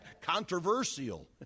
controversial